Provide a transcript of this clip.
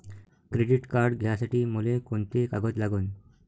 Credit card घ्यासाठी मले कोंते कागद लागन?